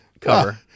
cover